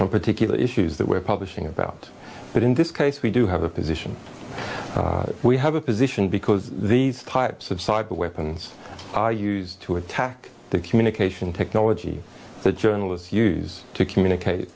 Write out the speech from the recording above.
on particular issues that we're publishing about but in this case we do have a position we have a position because these types of cyber weapons are used to attack the communication technology the journalists use to communicate